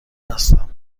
هستم